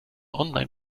online